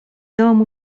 domu